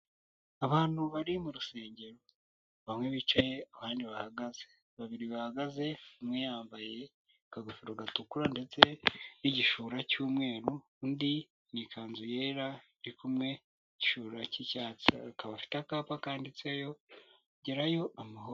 Abantu bari mu rusengero bamwe bicaye abandi bahagaze, babiri bahagaze umwe yambaye akagofero gatukura ndetse n'igishura cy'umweru, undi mu ikanzu yera iri kumwemwe n'igishura cy'icyatsi, akaba afite akapa kanditseho, gerayo amahoro.